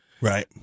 Right